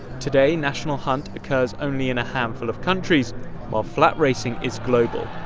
today, national hunt occurs only in a handful of countries while flat racing is global,